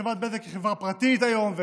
חברת בזק היא חברה פרטית היום,